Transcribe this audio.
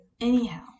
anyhow